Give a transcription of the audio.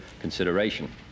consideration